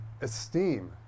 esteem